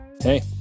hey